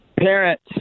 Parents